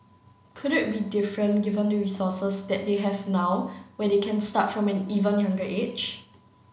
could it be different given the resources that they have now where they can start from an even younger age